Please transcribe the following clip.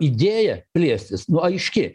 idėja plėstis nu aiški